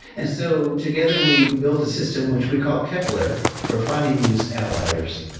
and so, together, we built a system which we called kepler for finding these outliers.